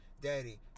Daddy